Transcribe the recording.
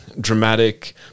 dramatic